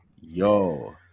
yo